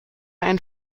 einen